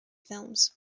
films